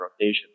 rotation